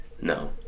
No